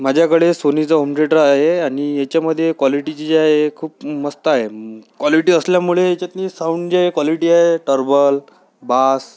माझ्याकडे सोनीचा होमथेटर आहे आणि याच्यामध्ये क्वालिटीची जी आहे तो खूप मस्त आहे क्वालिटी असल्यामुळे ह्याच्यातनं साऊंड जी क्वालिटी आहे टरबल बास